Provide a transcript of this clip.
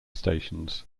stations